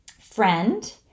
friend